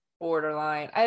borderline